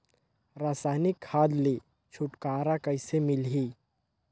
रसायनिक खाद ले छुटकारा कइसे मिलही?